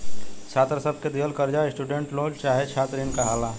छात्र सब के दिहल कर्जा स्टूडेंट लोन चाहे छात्र इन कहाला